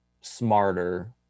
smarter